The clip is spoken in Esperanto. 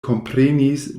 komprenis